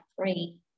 three